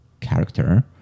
character